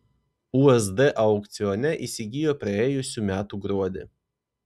usd aukcione įsigijo praėjusių metų gruodį